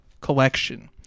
collection